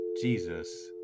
Jesus